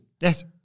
Yes